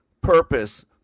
purpose